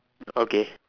okay